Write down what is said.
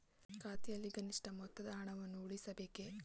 ಖಾತೆಯಲ್ಲಿ ಕನಿಷ್ಠ ಮೊತ್ತದ ಹಣವನ್ನು ಉಳಿಸಬೇಕೇ?